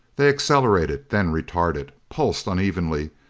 they accelerated, then retarded. pulsed unevenly,